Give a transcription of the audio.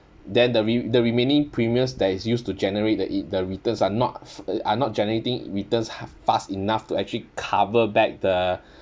then the re~ the remaining premiums that is used to generate the it~ the returns are not f~ are not generating returns fast enough to actually cover back the